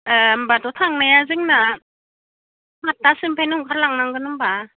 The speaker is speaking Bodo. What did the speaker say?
ए होमब्लाथ' थांनाया जोंना सातथासोनिफ्रायनो ओंखारलांनांगोन होमब्ला